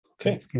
Okay